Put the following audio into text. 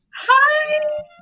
Hi